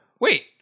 wait